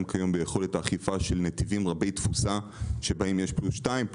כיום ביכולת האכיפה של נתיבים רבי תפוסה שבהם יש פלוס שתיים,